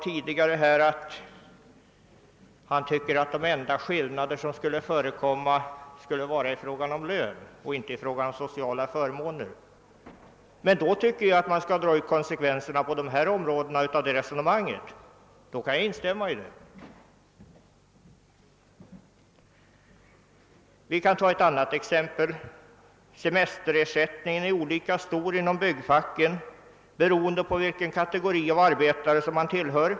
Tidigare sade herr Hagnell att de enda skillnader som kunde råda enligt hans mening var skillnader i lön inte i sociala förmåner, och då tycker jag att man skall dra ut konsekvenserna av det resonemanget. I så fall kan jag instämma i det. Låt oss t.ex. se på semesterersättningen. Den är inom byggfacket olika stor, beroende på vilken arbetarkategori man tillhör.